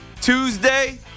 Tuesday